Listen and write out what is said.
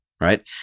right